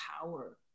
power